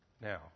Now